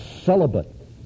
celibate